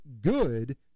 good